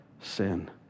sin